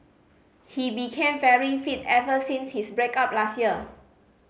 he became very fit ever since his break up last year